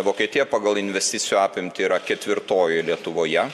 vokietija pagal investicijų apimtį yra ketvirtoji lietuvoje